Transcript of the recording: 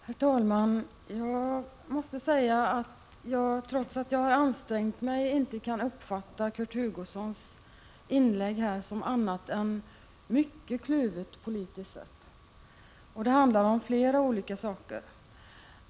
Herr talman! Jag måste säga att jag trots att jag har ansträngt mig inte har kunnat uppfatta Kurt Hugossons inlägg på annat sätt än som mycket kluvet politiskt sett. Det handlar om flera olika saker.